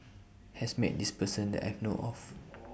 has Met This Person that I know of